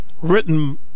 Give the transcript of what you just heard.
written